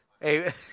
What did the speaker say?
hey